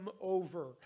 over